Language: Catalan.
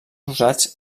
usats